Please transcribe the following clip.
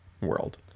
world